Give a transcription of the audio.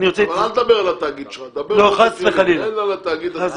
לא ניתן לתת פטור אם יש כבר